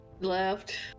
left